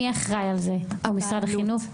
משרד החינוך?